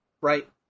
right